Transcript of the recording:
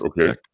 Okay